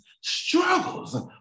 Struggles